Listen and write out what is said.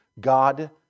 God